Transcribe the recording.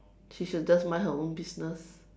she should just mind her own business